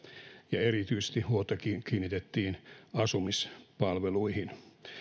ja erityisesti huomio kiinnitettiin asumispalveluihin